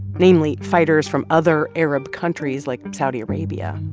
namely fighters from other arab countries like saudi arabia.